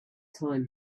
time